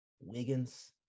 Wiggins